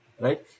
right